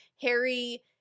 Harry